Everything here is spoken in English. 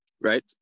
Right